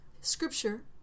scripture